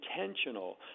intentional